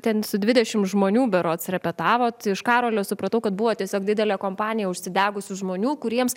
ten su dvidešimt žmonių berods repetavot iš karalio supratau kad buvo tiesiog didelė kompanija užsidegusių žmonių kuriems